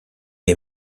est